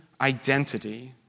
identity